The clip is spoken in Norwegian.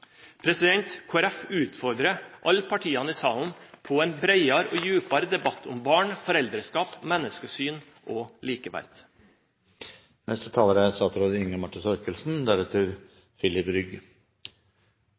utfordrer alle partiene i salen til en bredere og dypere debatt om barn, foreldreskap, menneskesyn og likeverd.